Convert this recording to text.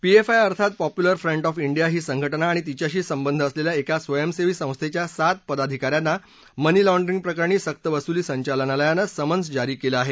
PFI अर्थात popular front of India ही संघटना आणि तिच्याशी संबंध असलेल्या एका स्वयंसेवी संस्थेच्या सात पदाधिकाऱ्यांना मनी लाँड्रिंग प्रकरणी सकवसुली संचालनालयानं समन्स जारी केलं आहे